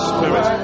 Spirit